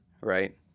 right